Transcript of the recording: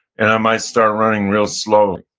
and i might start running real slow,